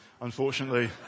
unfortunately